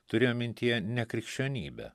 turėjo mintyje ne krikščionybę